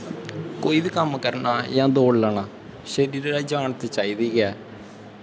कोई बी कम्म करना जां दौड़ लाना छड्डी जान ते चाहिदी गै